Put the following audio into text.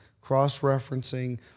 cross-referencing